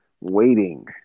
waiting